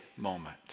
moment